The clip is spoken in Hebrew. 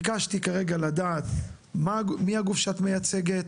ביקשתי כרגע לדעת מי הגוף שאת מייצגת,